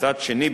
מצד שני,